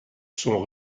sont